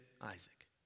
Isaac